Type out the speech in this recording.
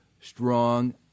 strong